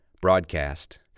broadcast